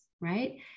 right